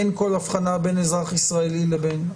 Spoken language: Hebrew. אין כל הבחנה בין אזרח ישראלי לבין זרים.